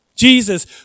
Jesus